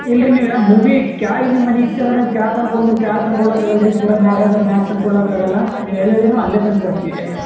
ಇಲ್ಲ ರೀ ನೀವು ಏನಾದ್ರು ಭೂಮಿ ಕೆಳಗೆ ನಿಮ್ಮ ಮನೆ ಇತ್ತಂದ್ರೆ ಕೆಳಗೆ ತಂದುಕೊಡು ಅಂದ್ರೆ ಕೆಳಗೆ ತಂದ್ಕೊಡ್ಲಿಕ್ ಆಗಲ್ಲ ರೀ ಪೂರಾ ಮ್ಯಾಗ ಅಂದ್ರೆ ಮ್ಯಾಗ ತಂದ್ಕೊಡ್ಲಿಕ್ ಆಗೋಲ್ಲ ನೀವು ಎಲ್ಲಿ ಹೇಳಿರೊ ನಾವು ಅಲ್ಲೇ ತಂದ್ಕೊಡ್ತೀವಿ